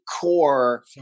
core